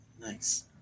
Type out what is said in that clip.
nice